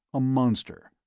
a monster.